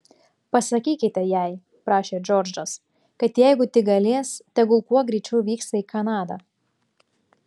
pasakykite jai prašė džordžas kad jeigu tik galės tegul kuo greičiau vyksta į kanadą